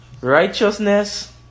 righteousness